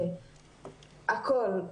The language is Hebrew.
הכל.